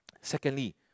Secondly